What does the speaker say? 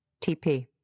TP